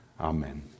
Amen